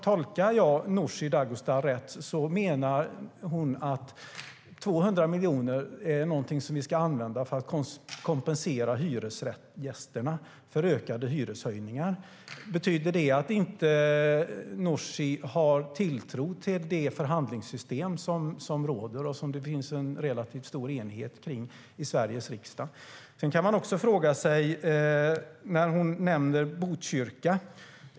Tolkar jag Nooshi Dadgostar rätt menar hon att 200 miljoner är någonting som vi ska använda för att kompensera hyresgästerna för ökade hyreshöjningar. Nooshi Dadgostar nämner Botkyrka.